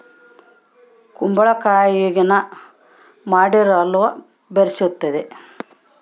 ಕುಂಬಳಕಾಯಗಿನ ಮಾಡಿರೊ ಅಲ್ವ ಬೆರ್ಸಿತತೆ